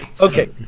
okay